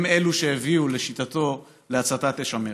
הן שהביאו, לשיטתו, להצתת אש המרד.